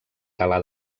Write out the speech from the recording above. tala